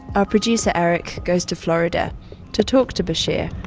our producer, eric, goes to florida to talk to bashir